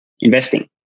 investing